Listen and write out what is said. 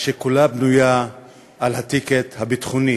שכולה בנויה על ה"טיקט" הביטחוני.